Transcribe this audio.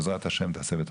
בעזרת ה' תעשה ותצליח.